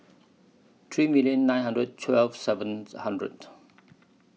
three million nine hundred twelve seventh hundred